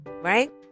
right